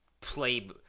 play